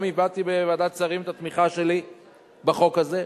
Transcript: גם הבעתי בוועדת השרים את התמיכה שלי בחוק הזה,